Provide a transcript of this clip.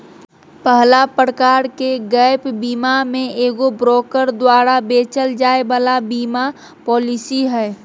पहला प्रकार के गैप बीमा मे एगो ब्रोकर द्वारा बेचल जाय वाला बीमा पालिसी हय